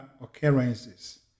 occurrences